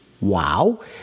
Wow